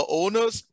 owners